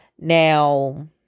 Now